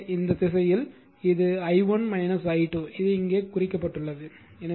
எனவே இந்த திசையில் இது i1 i2 இது இங்கே குறிக்கப்பட்டுள்ளது